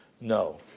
No